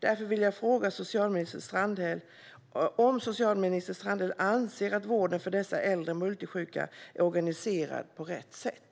Därför vill jag fråga socialminister Strandhäll om hon anser att vården för dessa äldre multisjuka är organiserad på rätt sätt.